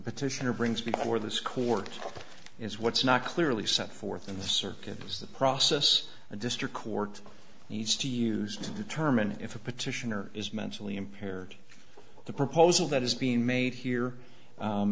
petitioner brings before this court is what's not clearly set forth in the circuit is the process the district court needs to use to determine if a petitioner is mentally impaired the proposal that is being made here